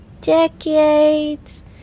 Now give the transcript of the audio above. decades